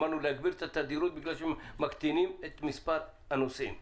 אמרנו להגביר את התדירות בגלל שמקטינים את מס' הנוסעים.